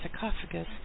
sarcophagus